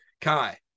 Kai